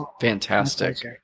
fantastic